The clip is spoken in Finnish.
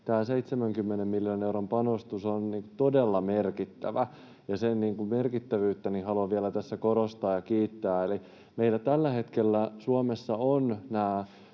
tämä 70 miljoonan euron panostus on todella merkittävä. Sen merkittävyyttä haluan vielä tässä korostaa ja kiittää. Meillä tällä hetkellä Suomessa